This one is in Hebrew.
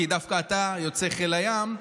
כי דווקא אתה יוצא חיל הים,